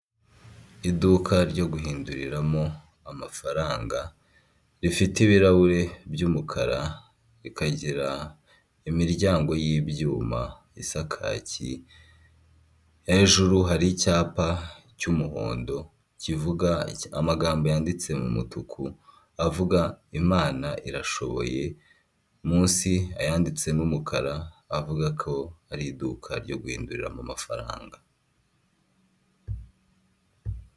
Iduka ryo guhinduriramo amafaranga rifite ibirahure by'umukara rikagira imiryango y'ibyuma isa kaki, hejuru hari icyapa cy'umuhondo kivuga amagambo yanditse mu mutuku avuga Imana irashoboye, munsi ayanditse n'umukara avuga ko hari iduka ryo guhinduriramo amafaranga.